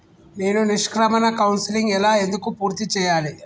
నేను నిష్క్రమణ కౌన్సెలింగ్ ఎలా ఎందుకు పూర్తి చేయాలి?